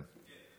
כן.